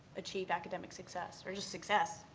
achieve academic success or just success.